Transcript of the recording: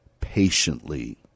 patiently